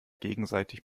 gegenseitig